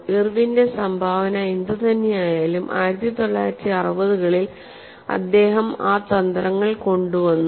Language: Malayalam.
ഇർവിന്റെ സംഭാവന എന്തുതന്നെയായാലും 1960 കളിൽ അദ്ദേഹം ആ തന്ത്രങ്ങൾ കൊണ്ടുവന്നു